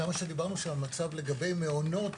כמה שדיברנו שהמצב לגבי המעונות,